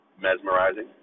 mesmerizing